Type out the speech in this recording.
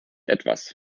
etwas